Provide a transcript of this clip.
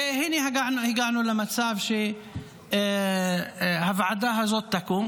והינה הגענו למצב שהוועדה הזאת תקום.